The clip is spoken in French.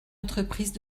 entreprise